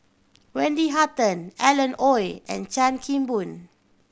Wendy Hutton Alan Oei and Chan Kim Boon